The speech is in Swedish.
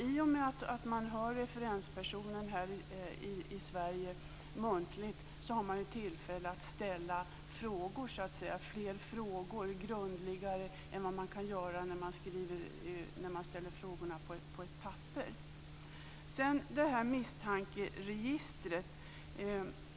I och med att man hör referenspersonen här i Sverige muntligt har man ju tillfälle att ställa fler och grundligare frågor än vad man kan göra när man ställer frågorna skriftligt. Sedan detta med misstankeregistret.